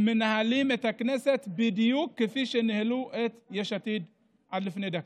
הם מנהלים את הכנסת בדיוק כפי שניהלו את יש עתיד עד לפני דקה.